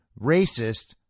racist